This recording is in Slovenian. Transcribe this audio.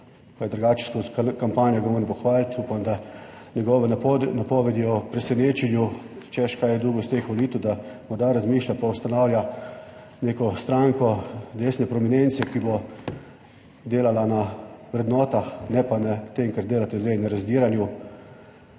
pa je drugače, skozi kampanjo, ga moram pohvaliti, upam da, njegove napovedi o presenečenju, češ kaj je dobil iz teh volitev, da morda razmišlja, pa ustanavlja neko stranko desne prominence, ki bo delala na vrednotah, ne pa na tem, kar delate zdaj, na razdiranju,